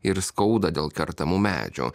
ir skauda dėl kertamų medžių